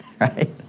right